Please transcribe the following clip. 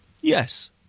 Yes